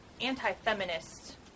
anti-feminist